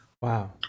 Wow